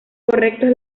correctos